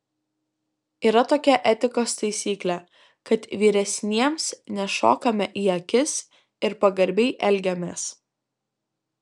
yra tokia etikos taisyklė kad vyresniems nešokame į akis ir pagarbiai elgiamės